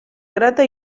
grata